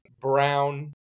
brown